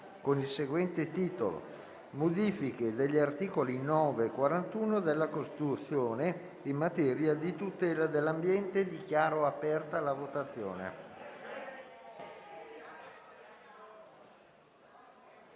con il seguente titolo: «Modifiche agli articoli 9 e 41 della Costituzione in materia di tutela dell'ambiente». *(Segue la votazione).*